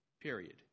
Period